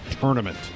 tournament